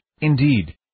indeed